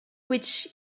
which